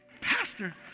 Pastor